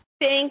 Thank